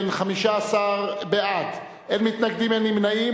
15 בעד, אין מתנגדים, אין נמנעים.